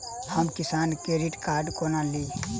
हम किसान credit card कोना ली?